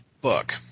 book